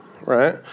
right